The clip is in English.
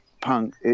punk